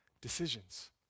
decisions